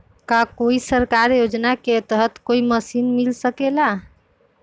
का कोई सरकारी योजना के तहत कोई मशीन मिल सकेला?